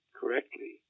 correctly